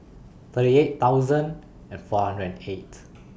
thirty eight thousand and four hundred and eight